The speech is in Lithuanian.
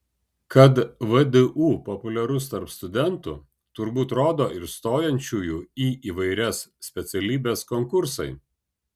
kad vdu populiarus tarp studentų turbūt rodo ir stojančiųjų į įvairias specialybes konkursai